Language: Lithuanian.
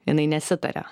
jinai nesitaria